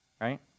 right